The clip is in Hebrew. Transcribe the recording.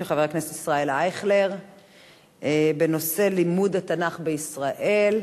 חבר הכנסת ישראל אייכלר בנושא: לימוד התנ"ך בישראל.